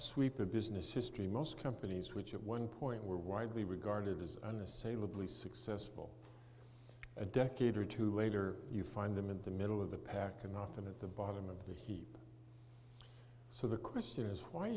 of business history most companies which at one point were widely regarded as unassailably successful a decade or two later you find them in the middle of the pack and often at the bottom of the heap so the question is why